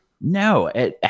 No